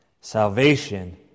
Salvation